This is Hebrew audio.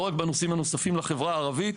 לא רק בנושאים הנוספים לחברה הערבית.